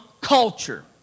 culture